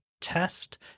test